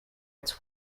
its